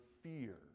fear